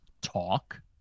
talk